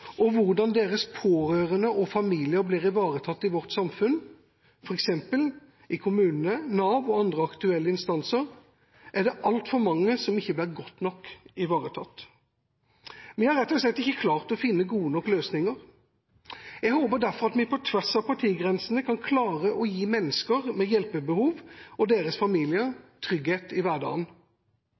og hvordan deres pårørende og familier blir ivaretatt i vårt samfunn, f.eks. i kommunene, av Nav og av andre aktuelle instanser, ser vi at det er altfor mange som ikke blir godt nok ivaretatt. Vi har rett og slett ikke klart å finne gode nok løsninger. Jeg håper derfor at vi på tvers av partigrensene kan klare å gi mennesker med hjelpebehov og deres familier trygghet i hverdagen.